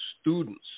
students